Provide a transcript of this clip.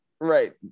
Right